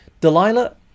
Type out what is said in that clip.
delilah